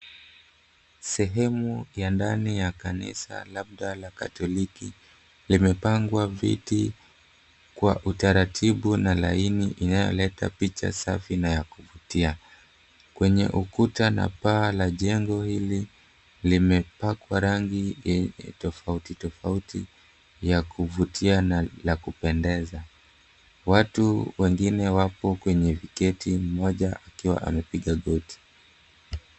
Sehemu ya ndani ya kanisa labda la katoliki limepangwa viti kwa utaratibu na laini inayoleta picha safi na ya kuvutia. Kwenye ukuta na paa la jengo hili limepakwa rangi yenye utofauti tofauti ya kuvutia na kupendeza watu wengine wapo kwenye viketi, mmoja akiwa amepiga goti.